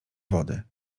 wody